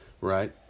Right